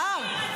קטי שטרית.